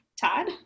Todd